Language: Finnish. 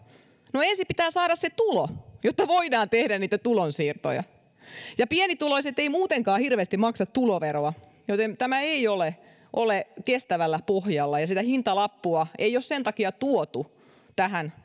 no ensin pitää saada se tulo jotta voidaan tehdä niitä tulonsiirtoja pienituloiset eivät muutenkaan hirveästi maksa tuloveroa joten tämä ei ole ole kestävällä pohjalla ja sitä hintalappua ei ole sen takia tuotu tähän